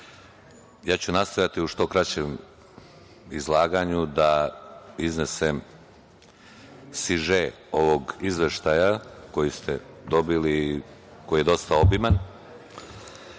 ja ću nastojati u što kraćem izlaganju da iznesem siže ovog izveštaja koji ste dobili i koji je dosta obiman. Kao